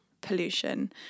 pollution